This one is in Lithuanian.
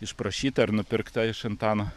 išprašyta ar nupirkta iš antano